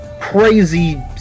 crazy